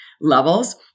levels